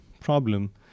problem